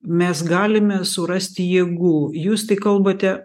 mes galime surasti jėgų jūs kalbate